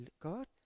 God